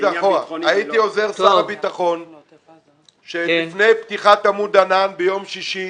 הייתי עוזר שר הביטחון ולפני פתיחת עמוד ענן ביום שישי